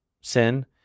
sin